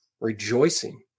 rejoicing